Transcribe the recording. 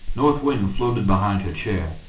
north wind floated behind her chair,